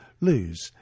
lose